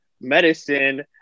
medicine